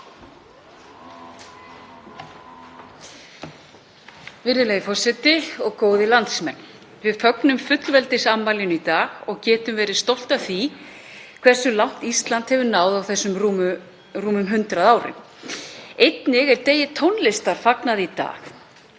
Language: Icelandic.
Virðulegi forseti. Góðir landsmenn. Við fögnum fullveldisafmælinu í dag og getum verið stolt af því hversu langt Ísland hefur náð á þessum rúmum 100 árum. Einnig er degi tónlistar fagnað í dag.